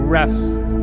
rest